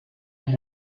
les